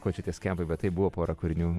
ko čia tie skempai bet tai buvo porą kūrinių